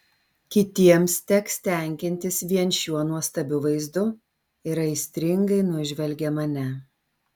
kitiems teks tenkintis vien šiuo nuostabiu vaizdu ir aistringai nužvelgia mane